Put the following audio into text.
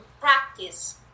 practice